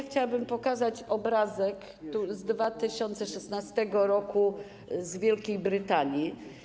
Chciałabym pokazać obrazek z 2016 r. z Wielkiej Brytanii.